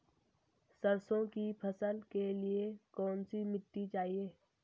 सरसों की फसल के लिए कौनसी मिट्टी सही हैं?